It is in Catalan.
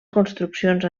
construccions